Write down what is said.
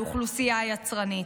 על אוכלוסייה יצרנית,